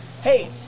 hey